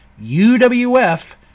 UWF